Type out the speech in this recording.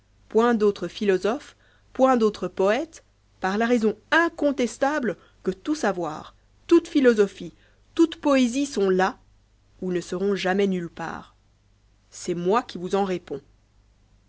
point d'autres philosophes point d'autres poètes par la raison incontestable que tout savoir toute philosophie toute poésie sont là ou ne seront jamais nulle part c'est moi qui vous en réponds